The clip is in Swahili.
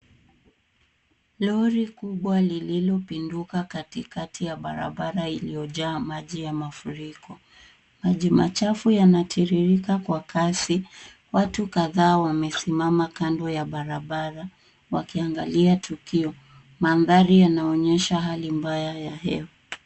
Lori kubwa lililopinduka katikati ya barabara iliyojaa maji ya mafuriko. Maji machafu yanatiririka kwa kasi. Watu kadhaa wamesimama kando ya barabara wakiangalia tukio. Mandhari yanaonyesha hali mbaya ya hewa.